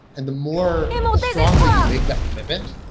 and the more strongly you make that commitment,